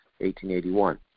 1881